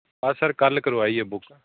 ਹਾਂ ਸਰ ਕੱਲ੍ਹ ਕਰਵਾਈ ਆ ਬੁੱਕ